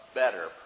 better